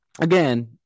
again